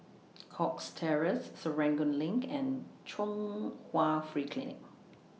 Cox Terrace Serangoon LINK and Chung Hwa Free Clinic